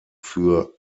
für